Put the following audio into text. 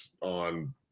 on